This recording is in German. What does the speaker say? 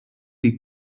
die